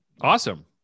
Awesome